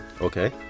okay